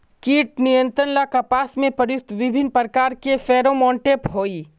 कीट नियंत्रण ला कपास में प्रयुक्त विभिन्न प्रकार के फेरोमोनटैप होई?